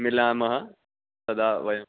मिलामः तदा वयम्